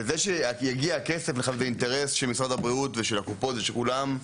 זה שיגיע הכסף זה אינטרס של משרד הבריאות ושל הקופות ושל כולם,